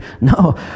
No